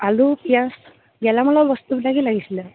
আলু পিঁয়াজ গেলামালৰ বস্তুবিলাকেই লাগিছিলে আৰু